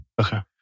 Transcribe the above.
Okay